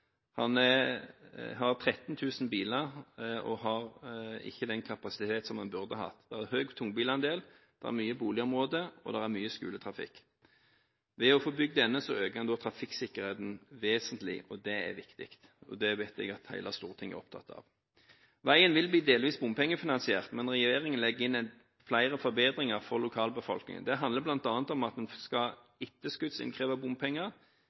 biler har den ikke den kapasiteten som den burde ha. Det er en høy andel av tunge biler, det er mange boligområder, og det er mye skoletrafikk. Ved å få bygd denne øker en trafikksikkerheten vesentlig. Det er viktig, og det vet jeg at hele Stortinget er opptatt av. Veien vil bli delvis bompengefinansiert, men regjeringen legger inn flere forbedringer for lokalbefolkningen. Det handler bl.a. om at en skal etterskuddsinnkreve bompenger,